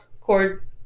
Cord